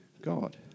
God